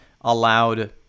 allowed